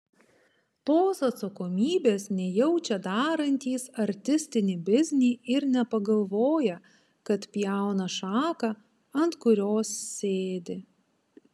tos atsakomybės nejaučia darantys artistinį biznį ir nepagalvoja kad pjauna šaką ant kurios sėdi